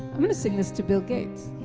i'm going to sing this to bill gates.